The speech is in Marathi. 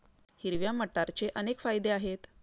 हिरव्या मटारचे अनेक फायदे आहेत